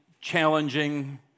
challenging